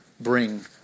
bring